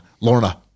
Lorna